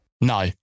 No